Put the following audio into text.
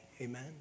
Amen